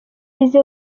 izi